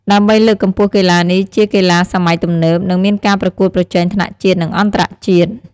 ដើម្បីលើកកម្ពស់កីឡានេះជាកីឡាសម័យទំនើប និងមានការប្រកួតប្រជែងថ្នាក់ជាតិ និងអន្តរជាតិ។